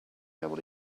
able